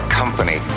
company